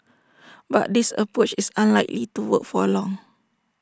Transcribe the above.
but this approach is unlikely to work for long